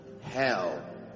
hell